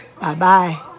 Bye-bye